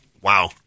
Wow